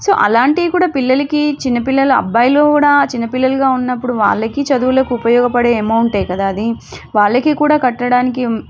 so అలాంటివి కూడా పిల్లలకి చిన్న పిల్లల అబ్బాయిలు కూడా చిన్న పిల్లలుగా ఉన్నప్పుడు వాళ్ళకి చదువులకు ఉపయోగపడే అమౌంటే కదా అది వాళ్ళకి కూడా కట్టడానికి